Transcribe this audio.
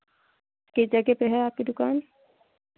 किस जगह पर है आपकी दुकान